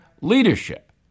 leadership